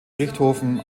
richthofen